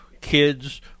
kids